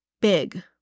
big